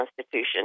Constitution